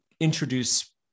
introduce